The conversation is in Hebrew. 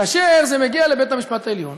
כאשר זה מגיע לבית-המשפט העליון,